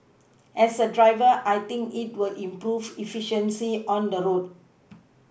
as a driver I think it will improve efficiency on the road